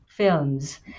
Films